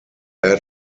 air